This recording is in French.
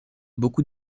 beaucoup